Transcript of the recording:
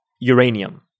uranium